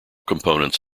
components